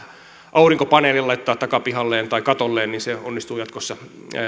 aurinkopaneelin laittaa takapihalleen tai katolleen niin se onnistuu jatkossa